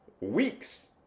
weeks